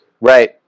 Right